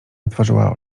otworzyła